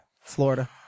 Florida